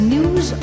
News